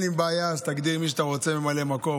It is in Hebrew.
אין לי בעיה שתגדיר את מי שאתה רוצה ממלא מקום,